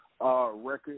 record